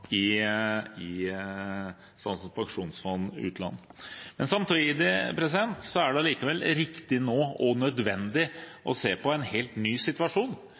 ha, i Statens pensjonsfond utland. Samtidig er det allikevel nå riktig og nødvendig å se på en helt ny situasjon.